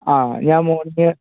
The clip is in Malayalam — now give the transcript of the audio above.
ആ ഞാൻ മുകളിലത്തെ